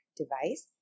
device